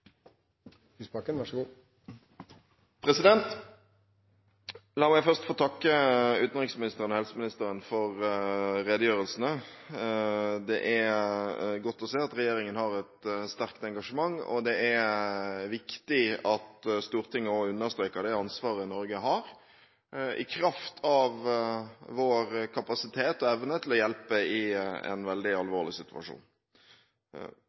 internasjonal satsing. Så her er det flere utfordringer framover som Norge også kan ta tak i innenlands. La meg først få takke utenriksministeren og helseministeren for redegjørelsene. Det er godt å se at regjeringen har et sterkt engasjement, og det er viktig at også Stortinget understreker det ansvaret Norge har, i kraft av vår kapasitet og evne til å hjelpe i